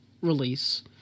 release